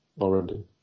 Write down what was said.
already